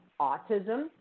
autism